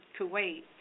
Kuwait